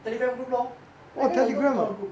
telegram group lor telegram 有很多不同的 group